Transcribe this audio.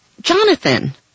Jonathan